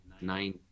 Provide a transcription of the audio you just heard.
nine